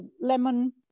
lemon